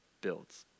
builds